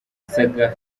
saga